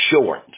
short